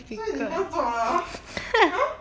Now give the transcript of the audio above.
所以你不要做 liao ah